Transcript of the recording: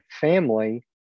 family